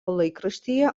laikraštyje